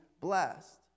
blessed